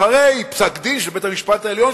אחרי פסק-דין של בית-המשפט העליון,